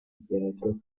pietro